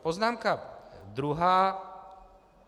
Poznámka druhá.